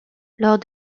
lors